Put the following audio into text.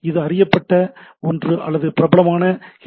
அது அறியப்பட்ட ஒன்று அல்லது பிரபலமான எச்